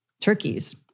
turkeys